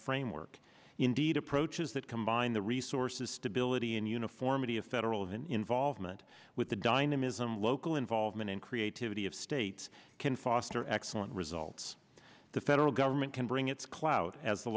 framework indeed approaches that combine the resources stability and uniformity of federal of an involvement with the dynamism local involvement and creativity of states can foster excellent results the federal government can bring its clout as the